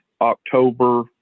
October